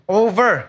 over